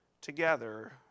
together